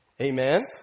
Amen